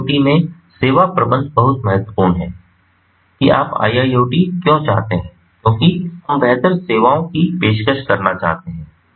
अब IIoT में सेवा प्रबंधन बहुत महत्वपूर्ण है कि आप IIoT क्यों चाहते हैं क्योकि हम बेहतर सेवाओं की पेशकश करना चाहते हैं